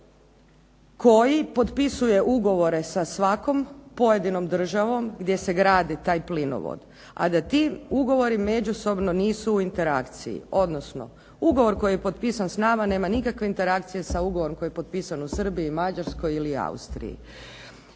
koji potpisuje ugovore sa svakom pojedinom državom gdje se gradi taj plinovod, a da ti ugovori međusobno nisu u interakciji, odnosno ugovor koji je potpisan s nama nema nikakve interakcije s ugovorom koji je potpisan u Srbiji, Mađarskoj ili Austriji